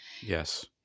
Yes